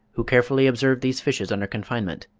who carefully observed these fishes under confinement.